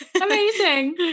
Amazing